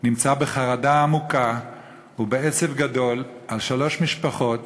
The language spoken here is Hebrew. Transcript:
נמצא בחרדה עמוקה ובעצב גדול על שלוש משפחות